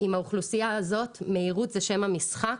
עם האוכלוסייה הזאת, מהירות זה שם המשחק.